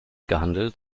gehandelt